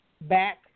back